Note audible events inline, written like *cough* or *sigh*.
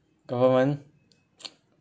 government *noise*